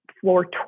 floor